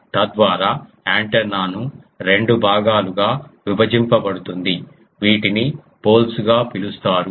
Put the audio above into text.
తద్వారా యాంటెన్నాను రెండు భాగాలుగా విభజింపబడుతుంది వీటిని పోల్స్ గా పిలుస్తారు